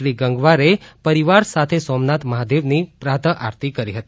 શ્રી ગંગવારે પરિવાર સાથે સોમનાથ મહાદેવની પ્રાતઃ આરતી કરી હતી